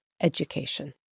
education